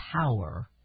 power